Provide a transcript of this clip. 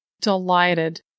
delighted